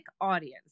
audience